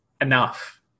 enough